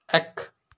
এক